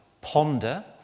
ponder